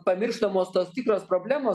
pamirštamos tos tikros problemos